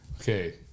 Okay